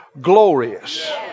glorious